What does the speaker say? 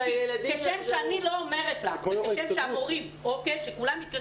כשם שאני לא אומרת לך וכשם שהמורים מתקשרים